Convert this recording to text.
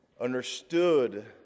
understood